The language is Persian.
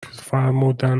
فرمودن